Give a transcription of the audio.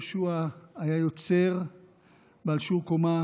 יהושע היה יוצר בעל שיעור קומה